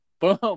Boom